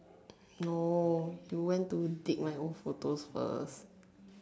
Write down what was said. no you went to dig my old photos first